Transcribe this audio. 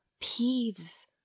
Peeves